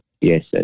yes